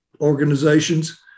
organizations